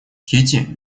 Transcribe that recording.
кити